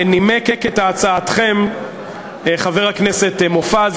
נימק את הצעתכם חבר הכנסת מופז,